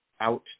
out